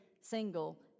single